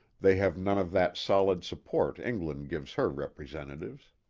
they have none of that solid support england gives her repre sentatives.